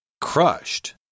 Crushed